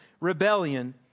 rebellion